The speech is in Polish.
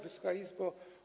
Wysoka Izbo!